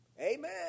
Amen